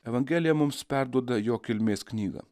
evangelija mums perduoda jo kilmės knygą